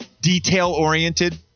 detail-oriented